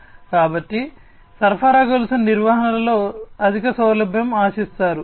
కాబట్టి సరఫరా గొలుసు నిర్వహణలో అధిక సౌలభ్యం ఆశిస్తారు